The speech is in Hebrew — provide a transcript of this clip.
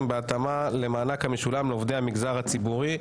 בהתאמה למענק המשולם לעובדי המגזר הציבורי.